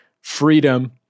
freedom